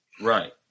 Right